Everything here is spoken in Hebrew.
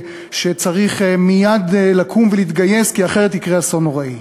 שצריך מייד לקום ולהתגייס כי אחרת יקרה אסון נוראי.